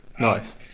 Nice